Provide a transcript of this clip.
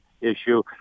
issue